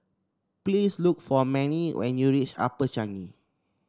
please look for Mannie when you reach Upper Changi